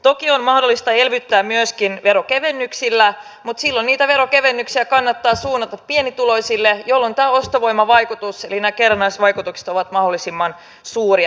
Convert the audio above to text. toki on mahdollista elvyttää myöskin verokevennyksillä mutta silloin niitä verokevennyksiä kannattaa suunnata pienituloisille jolloin tämä ostovoiman vaikutus eli nämä kerrannaisvaikutukset ovat mahdollisimman suuria